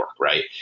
right